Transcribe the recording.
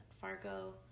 Fargo